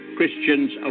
Christians